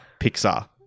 Pixar